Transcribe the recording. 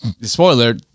spoiler